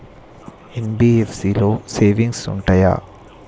NBFC లో savings ఉంటయా?